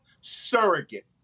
surrogate